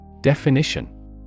Definition